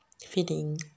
feeling